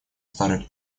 старой